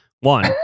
One